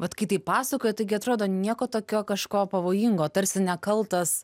vat kai taip pasakojat taigi atrodo nieko tokio kažko pavojingo tarsi nekaltas